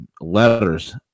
letters